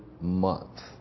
month